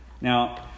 Now